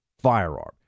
firearm